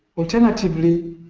alternatively,